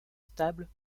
stable